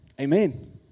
amen